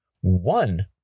one